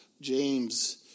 James